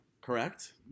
correct